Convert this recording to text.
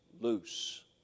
loose